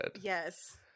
Yes